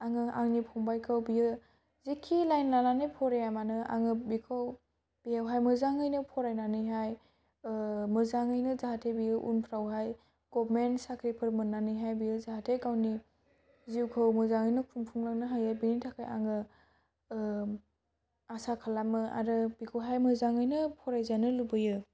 आङो आंनि फंबायखौ बियो जिखि लाइन लानानै फराया मानो आङो बेखौ बेवहाय मोजाङैनो फरायनानैहाय मोजाङैनो जाहाथे बियो उनफ्रावहाय गभर्नमेन्ट साख्रिफोर मोननानैहाय बियो जाहाथे गावनि जिउखौ मोजाङैनो खुंफुंलांनो हायो बेनिथाखाय आङो आसा खालामो आरो बेखौहाय मोजाङैनो फरायजानो लुबैयो